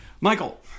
Michael